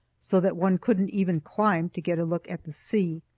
so that one couldn't even climb to get a look at the sea.